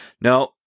no